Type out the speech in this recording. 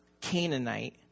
Canaanite